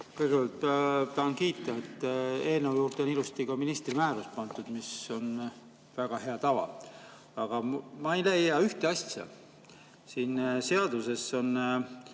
Kõigepealt tahan kiita, et eelnõu juurde on ilusti ka ministri määrus pandud, mis on väga hea tava. Aga ma ei leia ühte asja. Siin seaduses on